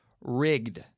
rigged